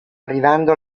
arrivando